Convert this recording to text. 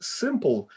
simple